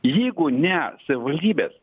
jeigu ne savivaldybės